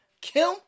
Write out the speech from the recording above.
Kim